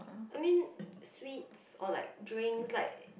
I mean sweets or like drinks like